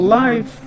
life